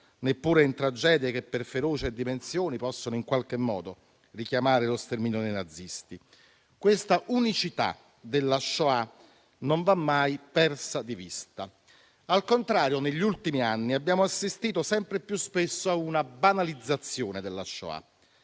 neppure in tragedie che, per ferocia e dimensioni, possono in qualche modo richiamare lo sterminio dei nazisti. Questa unicità della Shoah non va mai persa di vista. Al contrario, negli ultimi anni abbiamo assistito sempre più spesso a una banalizzazione della Shoah.